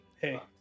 Hey